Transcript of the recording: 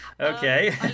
okay